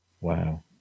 Wow